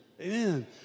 Amen